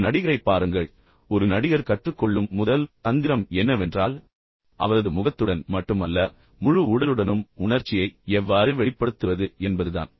ஒரு நடிகரைப் பாருங்கள் ஒரு நடிகர் கற்றுக் கொள்ளும் முதல் தந்திரம் என்னவென்றால் அவரது முகத்துடன் மட்டுமல்ல முழு உடலுடனும் உணர்ச்சியை எவ்வாறு வெளிப்படுத்துவது என்பதுதான்